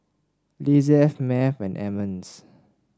Lizeth Math and Emmons